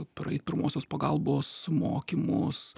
praeit pirmosios pagalbos mokymus